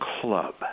club